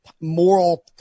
moral